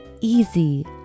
easy